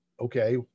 okay